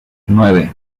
nueve